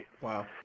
Wow